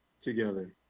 together